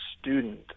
student